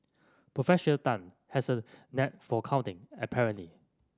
Professor Tan has a knack for counting apparently